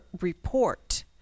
report